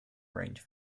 range